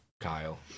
Kyle